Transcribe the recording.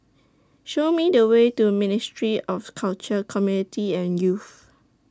Show Me The Way to Ministry of Culture Community and Youth